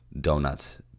donuts